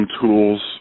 tools